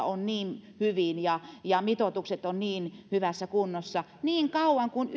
on niin hyvin ja ja mitoitukset ovat niin hyvässä kunnossa niin kauan kuin